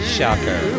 Shocker